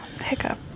hiccup